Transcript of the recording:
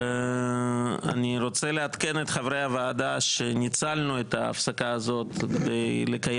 אני רוצה לעדכן את חברי הוועדה שניצלנו את ההפסקה הזאת כדי לקיים